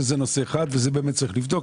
שזה נושא אחד וזה באמת צריך לבדוק,